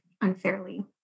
unfairly